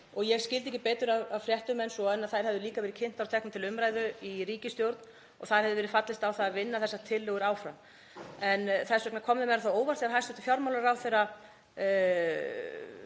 Ég skildi ekki betur af fréttum en svo að þær hefðu líka verið kynntar og teknar til umræðu í ríkisstjórn og þar hefði verið fallist á það að vinna þessar tillögur áfram. Þess vegna kom mér á óvart að hæstv. fjármálaráðherra